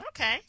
Okay